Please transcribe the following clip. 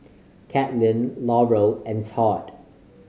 Kathlene Laurel and Tod